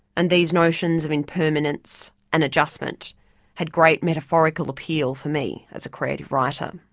and these notions of impermanence and adjustment had great metaphorical appeal for me as a creative writer.